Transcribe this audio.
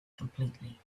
completely